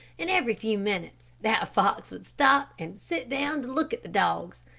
and every few minutes that fox would stop and sit down to look at the dogs.